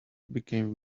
became